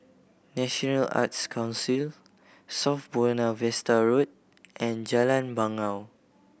National Arts Council South Buona Vista Road and Jalan Bangau